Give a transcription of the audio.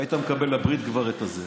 היית מקבל כבר את הזה לברית.